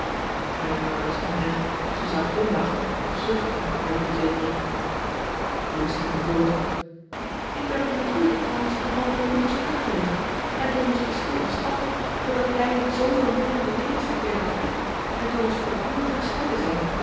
elinor wist niet recht of ze zou glimlachen of zuchten bij die verzekering lucy ging voort ik ben van nature trouwens nogal jaloersch aangelegd en door ons verschil in stand doordat hij zooveel meer in de wereld verkeerde dan ik en door ons voortdurend gescheiden zijn